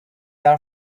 are